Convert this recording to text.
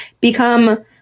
become